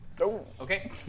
Okay